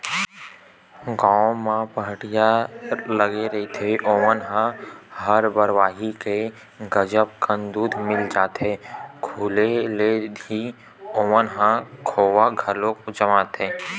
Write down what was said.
गाँव म पहाटिया लगे रहिथे ओमन ल हर बरवाही के गजब कन दूद मिल जाथे, खुदे ले ही ओमन ह खोवा घलो जमाथे